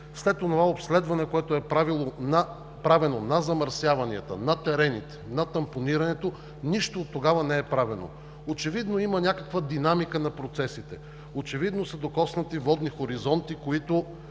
след онова обследване, което е правено, на замърсяванията, на терените, на тампонирането, нищо от тогава не е правено. Очевидно има някаква динамика на процесите. Очевидно са докоснати водни хоризонти, от